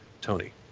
Tony